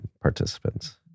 participants